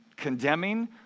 condemning